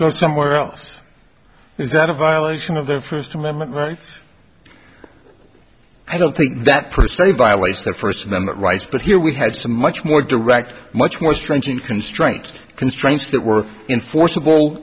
go somewhere else is that a violation of their first amendment right i don't think that per se violates their first amendment rights but here we had some much more direct much more stringent constraint constraints that were in force